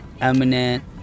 eminent